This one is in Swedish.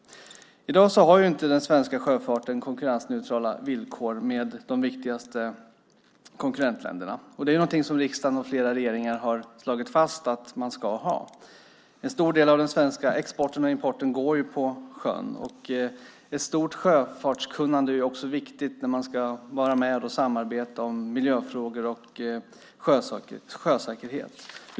I dag har den svenska sjöfarten inte konkurrensneutrala villkor med de viktigaste konkurrentländerna. Det är något som riksdagen och flera regeringar har slagit fast att man ska ha. En stor del av den svenska exporten och importen går ju på sjön. Ett stort sjöfartskunnande är viktigt när man ska samarbeta om miljöfrågor och sjösäkerhet.